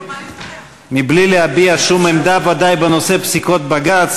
בלי להביע שום עמדה בנושא פסיקות בג"ץ,